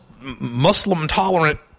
Muslim-tolerant